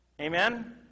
Amen